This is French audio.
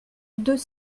deux